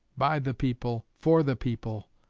by the people, for the people,